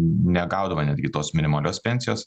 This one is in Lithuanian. negaudavo netgi tos minimalios pensijos